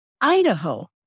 Idaho